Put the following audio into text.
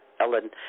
Ellen